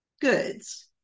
goods